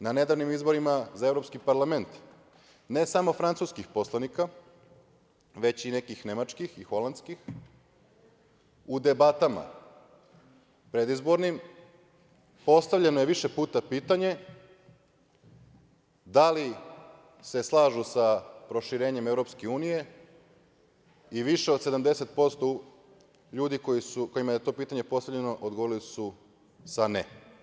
Na nedavnim izborima za Evropski parlament, ne samo francuskih poslanika, već i nekih nemačkih, holandskih, u debatama predizbornim postavljeno je više puta pitanje, da li se slažu sa proširenjem EU, i više od 70% ljudi kojima je to pitanje postavljeno, odgovorili su sa ne.